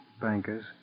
bankers